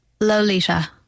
Lolita